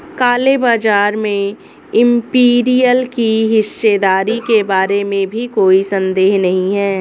काले बाजार में इंपीरियल की हिस्सेदारी के बारे में भी कोई संदेह नहीं है